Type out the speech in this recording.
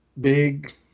big